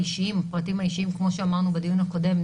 כמו שאמרנו בדיון הקודם,